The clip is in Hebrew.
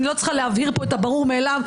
אני לא צריכה להבהיר פה את הברור מאליו,